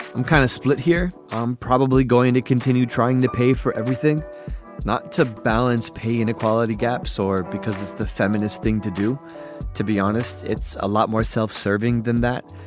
i'm kind of split here. i'm probably going to continue trying to pay for everything not to balance pay inequality gaps or because the feminist thing to do to be honest it's a lot more self-serving than that.